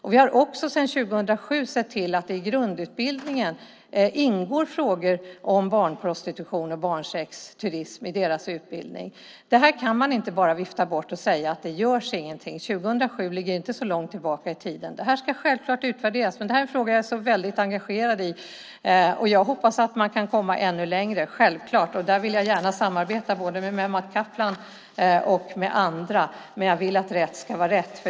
Sedan 2007 har vi också sett till att det i grundutbildningen ingår frågor om barnprostitution och barnsexturism. Det här kan man inte bara vifta bort och säga att det inte görs någonting. År 2007 ligger inte så långt tillbaka i tiden. Det här ska självfallet utvärderas, men det är en fråga som jag är väldigt engagerad i. Jag hoppas att man kan komma ännu längre. Där vill jag gärna samarbeta, både med Mehmet Kaplan och med andra. Men jag vill att rätt ska vara rätt.